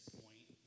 point